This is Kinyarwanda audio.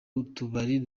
utubari